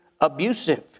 abusive